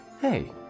Hey